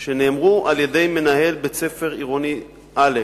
שנאמרו על-ידי מנהל בית-ספר עירוני א'